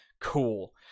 Cool